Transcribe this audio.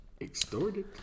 Extorted